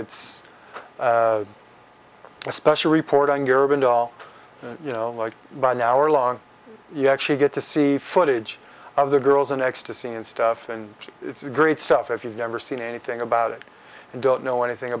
it's a special report on your been doll like by an hour long you actually get to see footage of the girls in ecstasy and stuff and it's great stuff if you've never seen anything about it and don't know anything